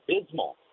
abysmal